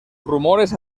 rumores